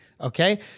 Okay